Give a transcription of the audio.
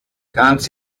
ganz